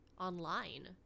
online